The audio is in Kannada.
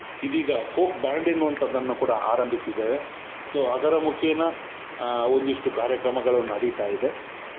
ಇದೀಗ ಫೋಕ್ ಬ್ಯಾಂಡ್ ಎನ್ನುವಂಥದ್ದನ್ನು ಕೂಡ ಆರಂಭಿಸಿದ್ದೇವೆ ಸೊ ಅದರ ಮುಖೇನ ಒಂದಿಷ್ಟು ಕಾರ್ಯಕ್ರಮಗಳು ನಡಿತಾ ಇದೆ